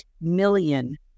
million